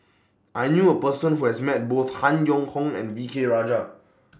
I knew A Person Who has Met Both Han Yong Hong and V K Rajah